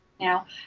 now